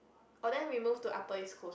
orh then we moved to Upper-East-Coast